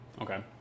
Okay